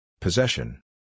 Possession